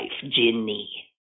Ginny